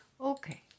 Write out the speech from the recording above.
Okay